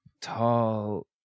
Tall